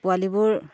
পোৱালিবোৰ